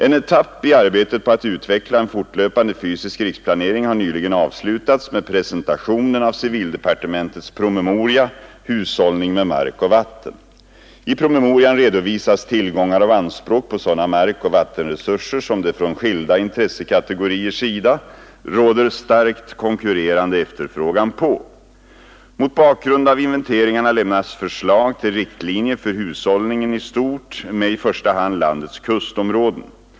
En etapp i arbetet på att utveckla en fortlöpande fysisk riksplanering har nyligen avslutats med presentationen av civildepartementets promemoria Hushållning med mark och vatten. I promemorian redovisas tillgångar och anspråk på sådana markoch vattenresurser som det från skilda intressekategoriers sida råder starkt konkurrerande efterfrågan på. Mot bakgrund av inventeringarna lämnas förslag till riktlinjer för hushållningen i stort med i första hand landets kustområden.